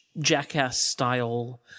jackass-style